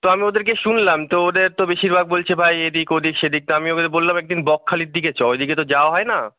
তো আমি ওদেরকে শুনলাম তো ওদের তো বেশিরভাগ বলছে ভাই এদিক ওদিক সেদিক তা আমি ওদেরকে বললাম এক দিন বকখালির দিকে চ ওই দিকে তো যাওয়া হয় না